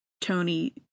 Tony